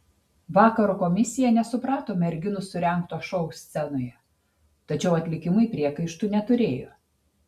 vakaro komisija nesuprato merginų surengto šou scenoje tačiau atlikimui priekaištų neturėjo